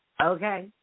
Okay